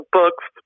books